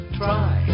try